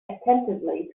attentively